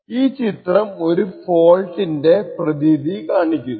ഈ ചിത്രം ഒരു ഫോൾട്ടിന്റെ പ്രതീതി കാണിക്കുന്നു